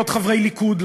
להיות חברי ליכוד,